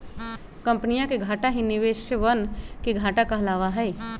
कम्पनीया के घाटा ही निवेशवन के घाटा कहलावा हई